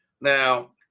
now